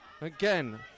Again